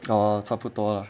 oh 差不多了